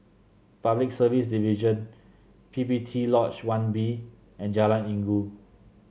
Public Service Division P P T Lodge One B and Jalan Inggu